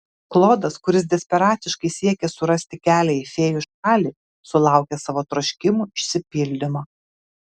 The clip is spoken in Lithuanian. klodas kuris desperatiškai siekė surasti kelią į fėjų šalį sulaukė savo troškimų išsipildymo